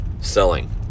selling